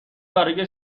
برای